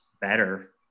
better